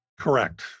Correct